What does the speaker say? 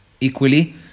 Equally